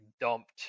dumped